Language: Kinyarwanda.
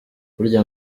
burya